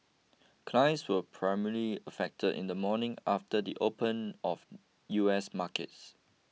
clients were primarily affected in the morning after the open of U S markets